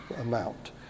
amount